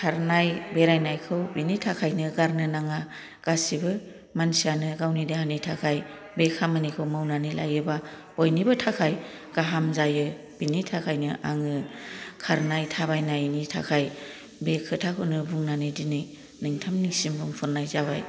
खारनाय बेरायनायखौ बिनि थाखायनो गारनो नाङा गासिबो मानसियानो गावनि देहानि थाखाय बे खामानिखौ मावनानै लायोबा बयनिबो थाखाय गाहाम जायो बिनि थाखायनो आङो खारनाय थाबायनायनि थाखाय बे खोथाखौनो बुंनानै दिनै नोंथांमोननिसिम बुंफोरनाय जाबाय